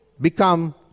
become